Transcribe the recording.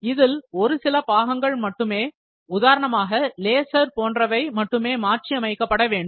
இதழ் ஒரு சில பாகங்கள் மட்டுமே உதாரணமாக லேசர் போன்றவை மட்டுமே மாற்றியமைக்கப்பட வேண்டும்